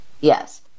Yes